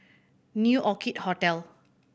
New Orchid Hotel